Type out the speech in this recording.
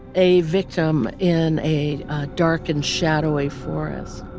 a victim in a dark and shadowy forest,